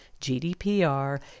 GDPR